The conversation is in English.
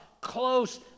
Close